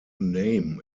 name